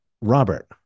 robert